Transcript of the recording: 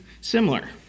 similar